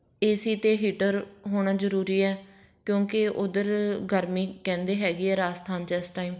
AC ਅਤੇ heater ਹੋਣਾ ਜ਼ਰੂਰੀ ਹੈ ਕਿਉਂਕਿ ਉੱਧਰ ਗਰਮੀ ਕਹਿੰਦੇ ਹੈਗੀ ਆ ਰਾਜਸਥਾਨ 'ਚ ਇਸ ਟਾਈਮ